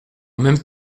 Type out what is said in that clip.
même